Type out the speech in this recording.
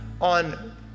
on